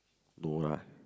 no lah